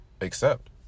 accept